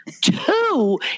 two